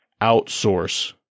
outsource